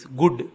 good